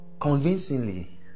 Convincingly